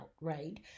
right